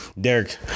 derek